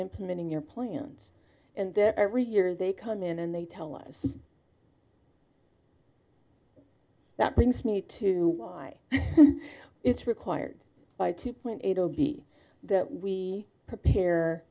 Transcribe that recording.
implementing your plans and their every year they come in and they tell us that brings me to why it's required by two point eight zero b that we prepare